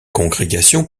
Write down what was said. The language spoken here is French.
congrégation